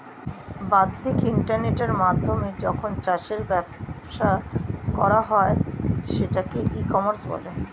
বাদ্দিক ইন্টারনেটের মাধ্যমে যখন চাষের ব্যবসা করা হয় সেটাকে ই কমার্স বলে